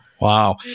Wow